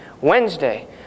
Wednesday